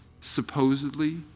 supposedly